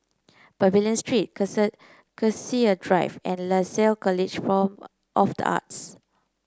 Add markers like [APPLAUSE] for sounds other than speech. Pavilion Street [UNINTELLIGIBLE] Cassia Drive and Lasalle College [UNINTELLIGIBLE] of the Arts